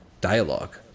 dialogue